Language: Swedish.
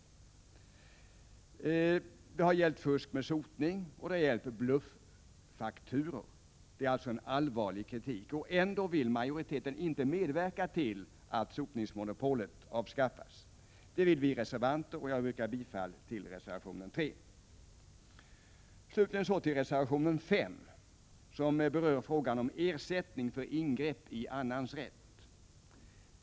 Det har vidare gällt fusk med sotning, och det har gällt bluff-fakturor. Kritiken är alltså allvarlig, men ändå vill majoriteten inte medverka till att sotningsmonopolet avskaffas. Det vill vi reservanter, och jag yrkar bifall till Slutligen så till reservation 5, som berör frågan om ersättning för ingrepp i annans rätt.